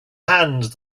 hand